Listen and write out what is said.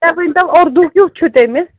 مےٚ ؤنۍتو اُردو کیُتھ چھُ تٔمِس